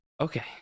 okay